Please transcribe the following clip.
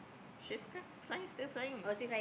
she's can fly still flying